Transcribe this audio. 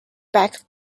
back